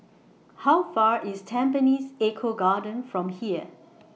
How Far IS Tampines Eco Garden from here